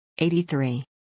83